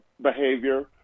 behavior